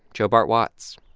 joe bart watts.